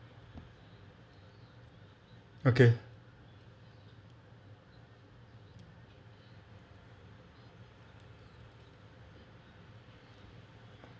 okay